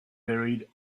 buried